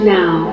now